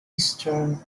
eastern